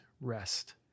rest